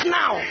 now